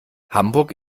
hamburg